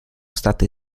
state